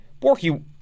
Borky